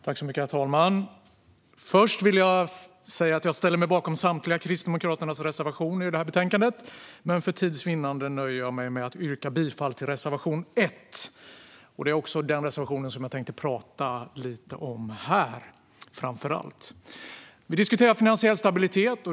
Herr talman! Först vill jag säga att jag ställer mig bakom Kristdemokraternas samtliga reservationer i betänkandet, men för tids vinnande nöjer jag mig med att yrka bifall till reservation 1. Det är framför allt denna reservation som jag tänker prata om här. Vi diskuterar finansiell stabilitet.